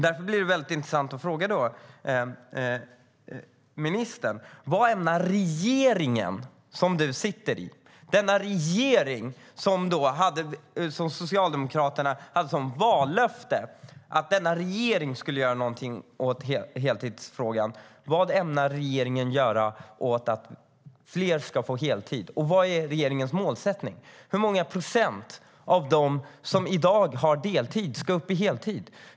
Därför är det intressant att fråga ministern: Vad ämnar regeringen, som du sitter i, göra för att fler ska få heltid? Socialdemokraterna hade ju detta som vallöfte. Och vad är regeringens målsättning? Hur många procent av dem som i dag har deltid ska upp i heltid?